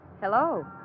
Hello